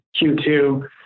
Q2